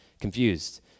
confused